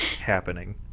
happening